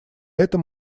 этом